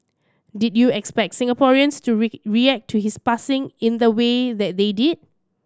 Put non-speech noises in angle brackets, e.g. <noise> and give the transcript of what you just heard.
did you expect Singaporeans to <unintelligible> react to his passing in the way that they did